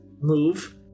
move